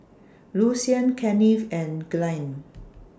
Lucian Kennith and Glynn